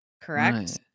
correct